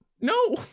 No